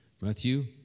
Matthew